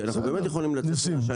בסדר, ניסים.